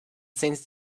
since